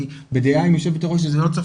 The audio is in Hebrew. אני בדעה עם יושבת הראש שזה לא צריך